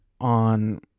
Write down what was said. on